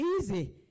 easy